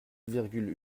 virgule